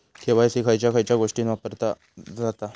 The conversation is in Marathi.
के.वाय.सी खयच्या खयच्या गोष्टीत वापरला जाता?